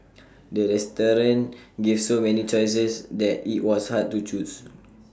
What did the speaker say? the restaurant gave so many choices that IT was hard to choose